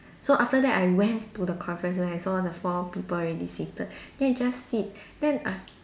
so after that I went to the conference right then I saw the four people already seated then I just sit then I